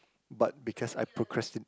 but because I procrasti~